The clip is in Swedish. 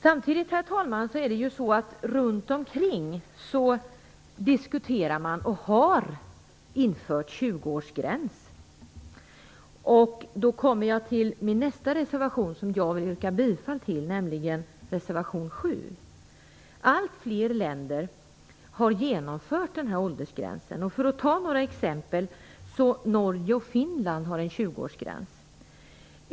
Samtidigt diskuteras runt omkring oss att införa en 20-årsgräns, och man har även infört den i vissa länder. Då kommer jag till nästa reservation som jag vill yrka bifall till, nämligen reservation 7. Allt fler länder har genomfört den här åldersgränsen. Norge och Finland har en 20-årsgräns, för att ta några exempel.